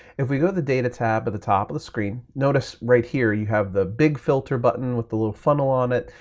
if we go to the data tab at the top of the screen, notice right here you have the big filter button with the little funnel on it,